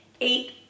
eight